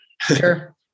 Sure